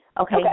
Okay